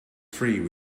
free